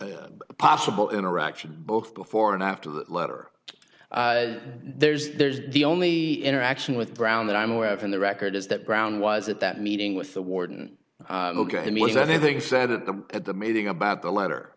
that possible interaction both before and after that letter there's there's the only interaction with brown that i'm aware of in the record is that brown was at that meeting with the warden ok i mean is there anything said at the at the meeting about the letter